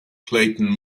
clayton